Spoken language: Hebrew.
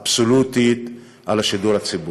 אבסולוטית על השידור הציבורי?